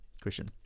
Christian